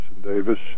Davis